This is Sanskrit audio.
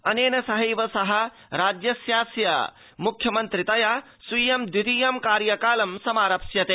अनेन सहैव सः राज्यस्यास्य मुख्यमन्त्रित्वेन स्वीयं द्वितीयं कार्यकालं समारप्स्यते